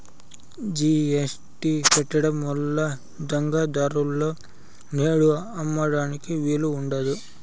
GST పెట్టడం వల్ల దొంగ దారులలో నేడు అమ్మడానికి వీలు ఉండదు